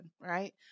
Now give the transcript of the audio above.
right